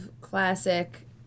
classic